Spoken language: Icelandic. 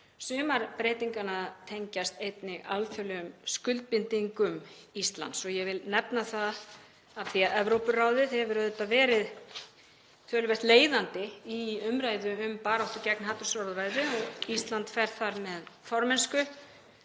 Sumar breytinganna tengjast einnig alþjóðlegum skuldbindingum Íslands. Ég vil nefna það af því að Evrópuráðið hefur auðvitað verið töluvert leiðandi í umræðu um baráttu gegn hatursorðræðu og Ísland fer þar með formennsku,